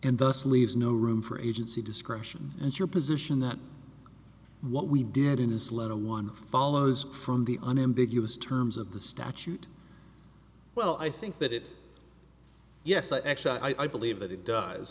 and thus leaves no room for agency discretion and your position that what we did in a slow one follows from the unambiguous terms of the statute well i think that it yes i actually i believe that it does